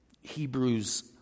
Hebrews